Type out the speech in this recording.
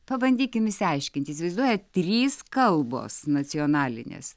pabandykim išsiaiškinti įsivaizduojat trys kalbos nacionalinės